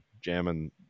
jamming